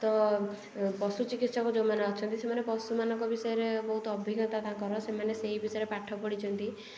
ତ ପଶୁ ଚିକିତ୍ସକ ଯେଉଁମାନେ ଅଛନ୍ତି ସେମାନେ ପଶୁମାନଙ୍କ ବିଷୟରେ ବହୁତ ଅଭିଜ୍ଞତା ତାଙ୍କର ସେମାନେ ସେଇ ବିଷୟରେ ପାଠ ପଢ଼ିଛନ୍ତି